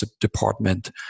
department